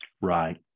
Right